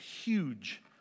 huge